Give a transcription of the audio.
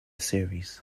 series